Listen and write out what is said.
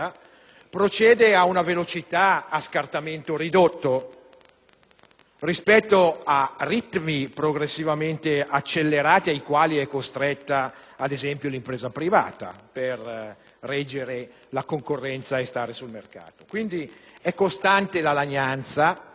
procede ad una velocità a scartamento ridotto rispetto ai ritmi progressivamente accelerati ai quali è costretta, ad esempio, l'impresa privata per reggere la concorrenza e stare sul mercato sul mercato. Quindi, è costante la lagnanza